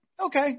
okay